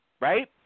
right